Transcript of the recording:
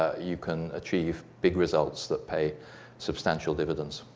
you can achieve big results that pay substantial dividends.